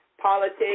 politics